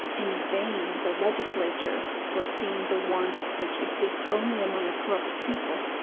in vain the legislature, foreseeing the wants which exist only among a corrupt people,